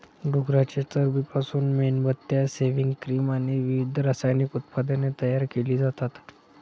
डुकराच्या चरबीपासून मेणबत्त्या, सेव्हिंग क्रीम आणि विविध रासायनिक उत्पादने तयार केली जातात